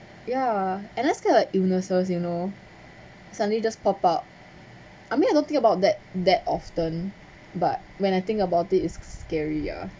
ya and I scared of like illnesses you know suddenly just pop up I mean I don't think about that that often but when I think about it it's scary ah